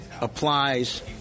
applies